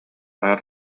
наар